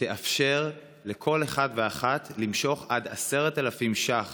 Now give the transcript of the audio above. שתאפשר לכל אחד ואחת למשוך עד 10,000 ש"ח